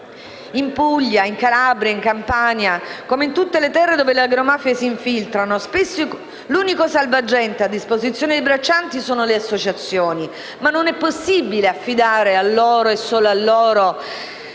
In Puglia, in Calabria, in Campania, come in tutte le terre dove le agromafie si infiltrano, spesso l'unico salvagente a disposizione dei braccianti sono le associazioni. Ma non è possibile affidare a loro e solo a loro